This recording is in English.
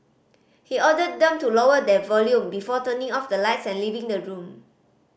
he ordered them to lower their volume before turning off the lights and leaving the room